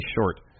short